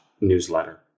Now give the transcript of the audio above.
newsletter